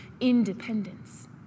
independence